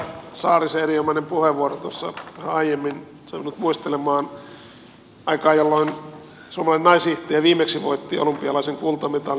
edustaja saarisen erinomainen puheenvuoro tuossa aiemmin sai minut muistelemaan aikaa jolloin suomalainen naishiihtäjä viimeksi voitti olympialaisten kultamitalin